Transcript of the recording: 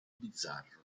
bizzarro